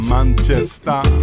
Manchester